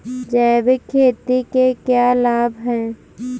जैविक खेती के क्या लाभ हैं?